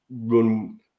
run